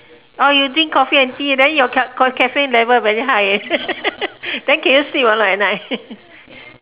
oh you drink coffee and tea then your c~ caffeine level very high eh then can you sleep or not at night